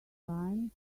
lion